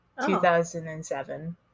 2007